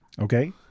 okay